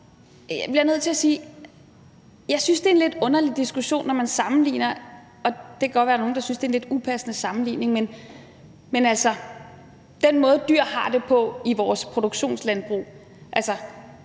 jeg synes, det er en lidt underlig diskussion, når man tænker på – og det kan godt være, at der er nogle, der synes, at det er en lidt upassende sammenligning – den måde, som dyr har det på i vores produktionslandbrug, hvor